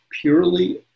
purely